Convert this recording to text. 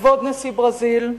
כבוד נשיא ברזיל,